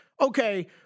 okay